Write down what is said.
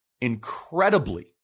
incredibly